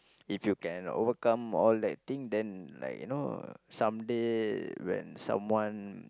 if you can overcome all that thing then like you know someday when someone